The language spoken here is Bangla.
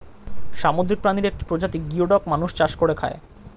সামুদ্রিক প্রাণীর একটি প্রজাতি গিওডক মানুষ চাষ করে খায়